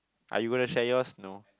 are you gonna share yours no